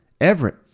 Everett